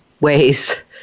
ways